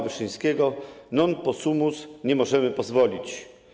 Wyszyńskiego: „Non possumus” - „Nie możemy pozwolić”